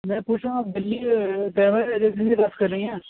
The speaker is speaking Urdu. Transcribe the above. میں پوچھ رہا ہوں آپ دہلی ٹریول ایجنسی سے بات کر رہی ہیں